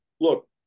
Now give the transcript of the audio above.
look